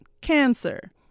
cancer